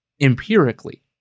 empirically